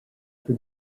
for